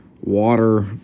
water